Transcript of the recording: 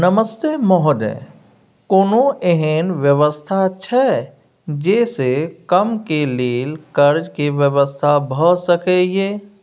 नमस्ते महोदय, कोनो एहन व्यवस्था छै जे से कम के लेल कर्ज के व्यवस्था भ सके ये?